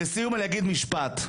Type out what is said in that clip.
לסיום אני אגיד משפט,